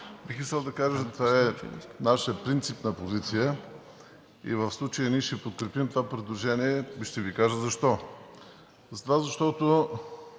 Бих искал да кажа, че това е наша принципна позиция. В случая ние ще подкрепим това предложение и ще Ви кажа защо. Това не